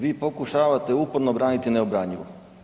Vi pokušavate uporno braniti neobranjivo.